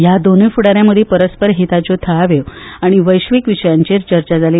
ह्या दोनूय फुडा यां मदीं परस्पर हिताच्यो थळाव्यो आनी वैश्वीक विशयाचेर चर्चा जाली